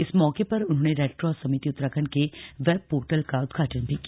इस मौके पर उन्होंने रेडक्रॉस समिति उत्तराखण्ड के वेब पोर्टल का उद्घाटन भी किया